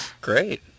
Great